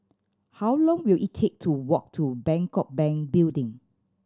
how long will it take to walk to Bangkok Bank Building